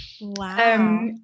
Wow